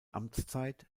amtszeit